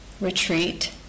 retreat